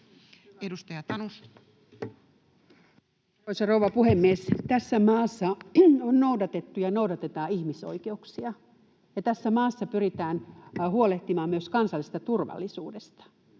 Edustaja Tanus. Arvoisa rouva puhemies! Tässä maassa on noudatettu ja noudatetaan ihmisoikeuksia, ja tässä maassa pyritään huolehtimaan myös kansallisesta turvallisuudesta.